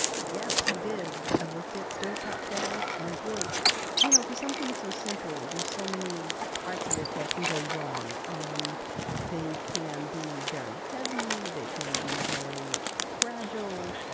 yes we did. i've looked at stovetop kettles. and you know for something so simple, there so many parts of it that can go wrong. um they can be very heavy. they can be very fragile.